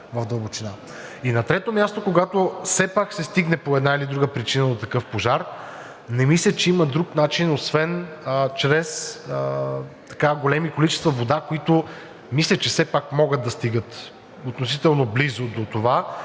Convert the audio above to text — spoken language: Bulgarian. И на трето място, когато все пак се стигне, по една или друга причина, до такъв пожар, не мисля, че има друг начин освен чрез големи количества вода, които мисля, че все пак могат да стигат относително близо до това,